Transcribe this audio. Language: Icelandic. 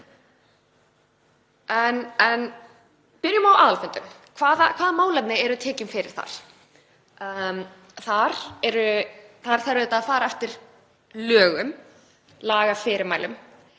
Byrjum á aðalfundum: Hvaða málefni eru tekin fyrir þar? Þar þarf auðvitað að fara eftir lögum og lagafyrirmælum.